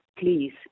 please